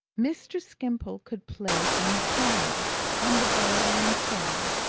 mr. skimpole could play on the piano and the violoncello,